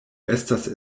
estas